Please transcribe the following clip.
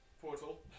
portal